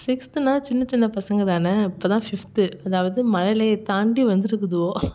சிக்ஸ்த்துன்னா சின்ன சின்ன பசங்கள் தானே இப்போ தான் ஃபிஃப்த்து அதாவது மழலையை தாண்டி வந்துகிட்ருக்குதுவோ